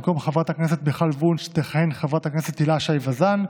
במקום חברת הכנסת מיכל וונש תכהן חברת הכנסת הילה שי וזאן.